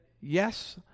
yes